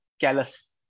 callous